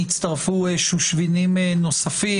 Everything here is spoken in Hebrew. הצטרפו שושבינים נוספים,